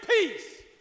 peace